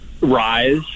rise